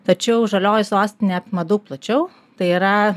tačiau žalioji sostinė apima daug plačiau tai yra